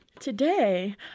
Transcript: Today